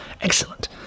excellent